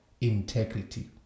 integrity